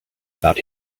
about